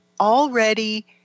already